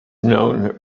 known